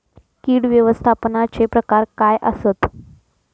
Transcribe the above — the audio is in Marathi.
कीड व्यवस्थापनाचे प्रकार काय आसत?